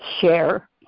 share